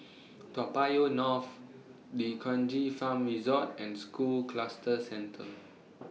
Toa Payoh North D'Kranji Farm Resort and School Cluster Centre